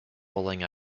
bowling